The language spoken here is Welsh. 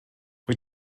wyt